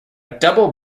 double